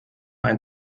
ein